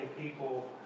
people